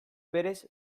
berez